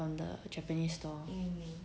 from the japanese stall